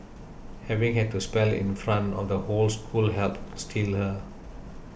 having had to spell in front of the whole school helped steel her